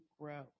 grow